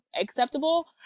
acceptable